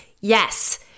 Yes